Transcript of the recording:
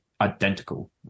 identical